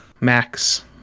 max